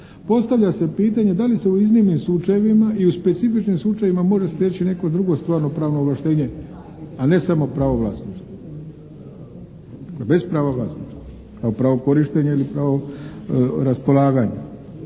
Postavlja se pitanje da li se u iznimnim slučajevima i u specifičnim slučajevima može steći neko drugo stvarno pravno ovlaštenje a ne samo pravo vlasništva? Dakle, bez prava vlasništva, kao pravo korištenja ili pravo raspolaganja.